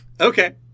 Okay